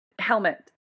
Helmet